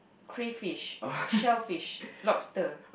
crayfish shellfish lobster